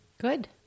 good